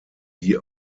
wie